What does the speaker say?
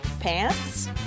Pants